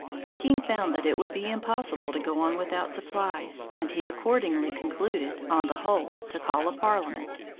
the king found that it would be impossible to go on without supplies, and he accordingly concluded, on the whole, to call a parliament.